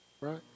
Right